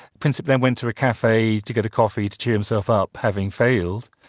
princip then went to a cafe to get a coffee to cheer himself up, having failed,